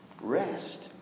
rest